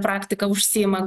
praktika užsiima